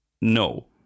no